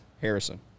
Harrison